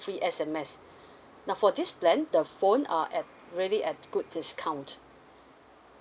free S_M_S now for this plan the phone are at really at good discount